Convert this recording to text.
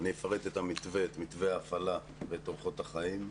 אני אפרט את מתווה ההפעלה ואת אורחות החיים,